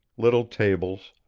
little tables,